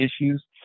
issues